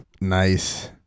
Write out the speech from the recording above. Nice